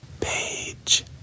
Page